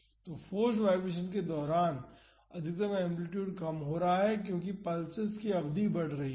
तो forced vibration के दौरान अधिकतम एम्पलीटूड कम हो रहा है क्योंकि पल्सेस की अवधि बढ़ रही है